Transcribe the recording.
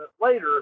later